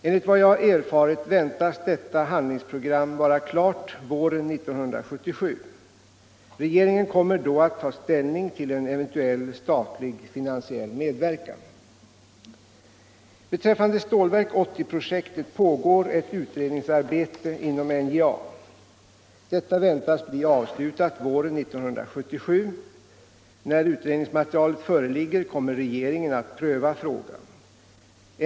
Enligt vad jag erfarit väntas detta handlingsprogram vara klart våren 1977. Regeringen kommer då att ta ställning till en eventuell statlig finansiell medverkan. Beträffande Stålverk 80-projektet pågår ett utredningsarbete inom NJA. Detta väntas bli avslutat våren 1977. När utredningsmaterialet föreligger kommer regeringen att pröva frågan.